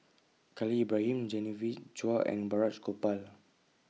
Khalil Ibrahim Genevieve Chua and Balraj Gopal